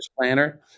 planner